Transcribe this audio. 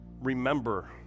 remember